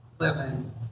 Living